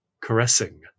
caressing